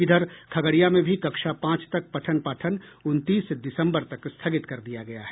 इधर खगड़िया में भी कक्षा पांच तक पठन पाठन उनतीस दिसंबर तक स्थगित कर दिया गया है